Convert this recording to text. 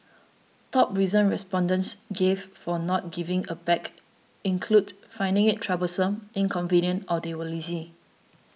top reasons respondents gave for not giving a bag included finding it troublesome inconvenient or they were lazy